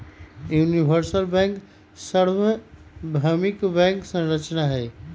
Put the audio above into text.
universal bank सर्वभौमिक bank संरचना हई